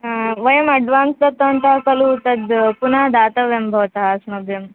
हा वयम् अड्वान्स् दत्तवन्तः खलु तद् पुनः दातव्यं भवन्तः अस्मभ्यम्